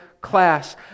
class